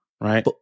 Right